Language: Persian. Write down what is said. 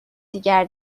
دیگر